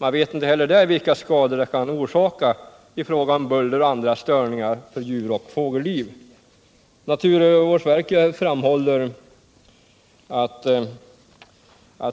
Man vet inte heller där vilka skador som kan uppstå i fråga om buller och andra störningar för djuroch fågelliv. Naturvårdsverket framhåller att